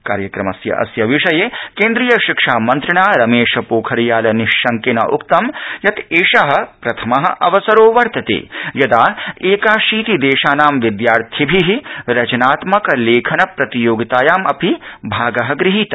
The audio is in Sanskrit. कार्यक्रमस्य अस्य विषये केन्द्रीयशिक्षामंत्रिणा रमेशपोखरियालनिशंकेन उक्तं यत् एष प्रथम अवसरो वर्तते यदा एकाशीति देशानां विद्यार्थिभि रचनात्मक लेखन प्रतियोगितायामपि भागो गहीत